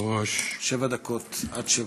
עד שבע דקות.